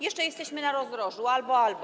Jeszcze jesteśmy na rozdrożu: albo-albo.